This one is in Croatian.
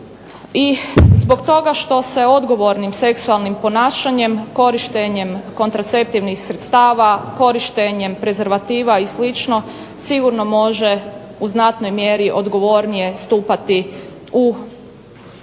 i zbog toga što se odgovornim seksualnim ponašanje, korištenjem kontraceptivnih sredstava, korištenjem prezervativa i slično sigurno može u znatnoj mjeri odgovornije stupati u